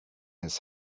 his